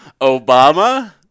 Obama